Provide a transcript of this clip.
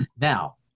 Now